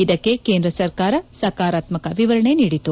ಇದಕ್ಕೆ ಕೇಂದ್ರ ಸರ್ಕಾರ ಸಕಾರಾತ್ಮಕ ವಿವರಣೆ ನೀಡಿತು